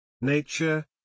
Nature